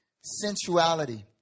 sensuality